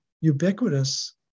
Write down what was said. ubiquitous